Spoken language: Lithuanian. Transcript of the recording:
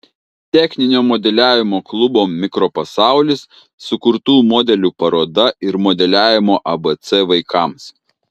techninio modeliavimo klubo mikropasaulis sukurtų modelių paroda ir modeliavimo abc vaikams